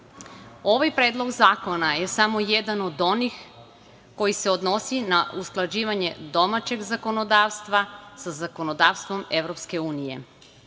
predlog zakona je samo jedan od onih koji se odnose na usklađivanje domaćeg zakonodavstva sa zakonodavstvom Evropske unije.